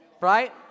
right